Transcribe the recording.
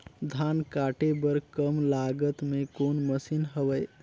धान काटे बर कम लागत मे कौन मशीन हवय?